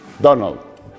Donald